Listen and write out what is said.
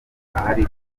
ahari